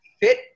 fit